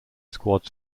squad